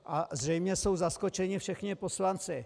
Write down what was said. A zřejmě jsou zaskočeni všichni poslanci.